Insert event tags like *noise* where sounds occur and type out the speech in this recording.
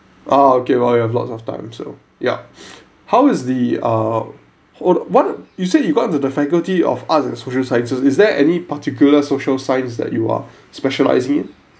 ah okay well you have lots of time so yup *breath* how is the err what what you said you got into the faculty of arts and social sciences is there any particular social science that you are specialising in